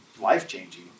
life-changing